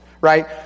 Right